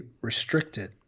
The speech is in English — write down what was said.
restricted